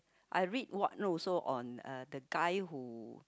I read one no also on uh the guy who